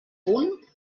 punt